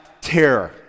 terror